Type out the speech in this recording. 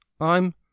I'm